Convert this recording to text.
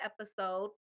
episode